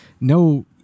no